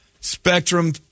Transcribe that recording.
Spectrum